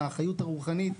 מהאחריות הרוחנית.